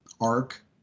arc